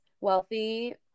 wealthy